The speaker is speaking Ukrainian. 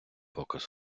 показ